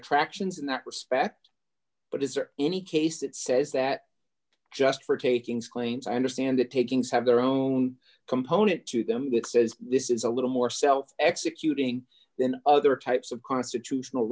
attractions in that respect but is there any case that says that just for takings claims i understand that takings have their own component to them that says this is a little more self executing than other types of constitutional